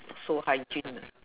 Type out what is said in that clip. so hygiene ah